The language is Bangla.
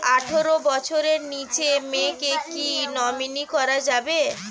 আঠারো বছরের নিচে মেয়েকে কী নমিনি করা যাবে?